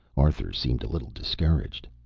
arthur seemed a little discouraged.